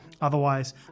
Otherwise